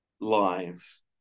lives